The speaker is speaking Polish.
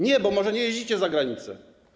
Nie, bo może nie jeździcie za granicę.